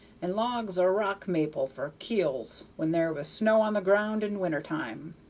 and logs o' rock-maple for keels when there was snow on the ground in winter-time,